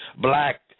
black